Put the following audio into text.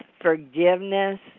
forgiveness